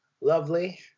Lovely